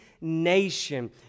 nation